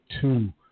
two